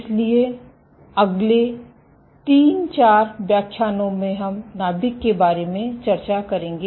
इसलिए अगले 3 4 व्याख्यानों में हम नाभिक के बारे में चर्चा करेंगे